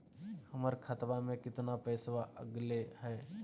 हमर खतवा में कितना पैसवा अगले हई?